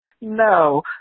No